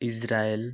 Israel